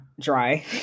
dry